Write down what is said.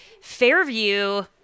Fairview